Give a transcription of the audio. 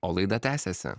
o laida tęsiasi